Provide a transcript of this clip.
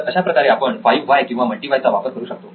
तर अशाप्रकारे आपण 5 व्हाय किंवा मल्टी व्हाय चा वापर करू शकतो